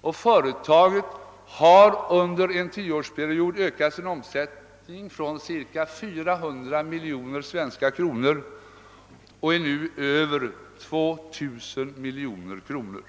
och företaget har under en tioårsperiod ökat sin omsättning från ca 400 miljoner svenska kronor till över 2 000 miljoner kronor.